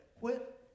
quit